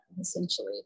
essentially